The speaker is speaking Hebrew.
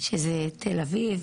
שזה תל-אביב,